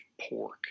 pork